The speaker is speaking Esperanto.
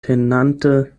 tenante